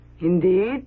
Indeed